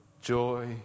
joy